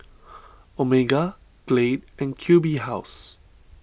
Omega Glade and Q B House